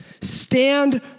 Stand